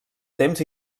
temps